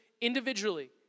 individually